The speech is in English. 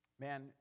Man